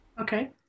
Okay